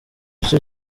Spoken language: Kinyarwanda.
icyo